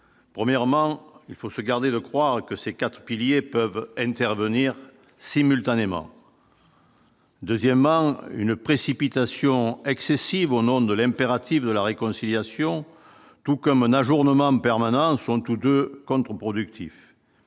premièrement, il faut se garder de croire que ces 4 piliers peuvent intervenir simultanément. Deuxièmement, une précipitation excessive au nom de l'impératif de la réconciliation, tout comme un ajournement permanent sont tous de contre-productif,